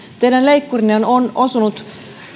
teidän leikkurinne on on osunut